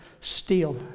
steal